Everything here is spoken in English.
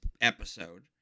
episode